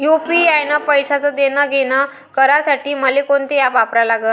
UPI न पैशाचं देणंघेणं करासाठी मले कोनते ॲप वापरा लागन?